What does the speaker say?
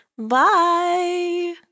Bye